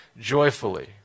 joyfully